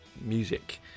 music